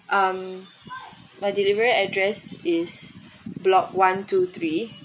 um my delivery address is block one two three